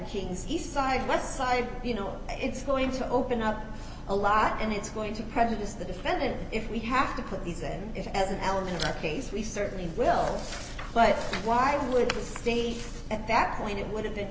kings east side west side you know it's going to open up a lot and it's going to prejudice the defendant if we have to put these at it as an element in our case we certainly will but why would the state at that point it would have